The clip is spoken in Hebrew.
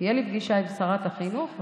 תהיה לי פגישה עם שרת החינוך,